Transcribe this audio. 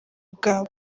bwabo